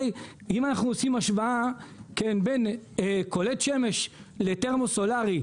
אם אנחנו משווים בין קולט שמש לתרמו-סולארי,